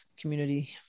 community